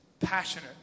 passionate